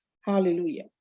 hallelujah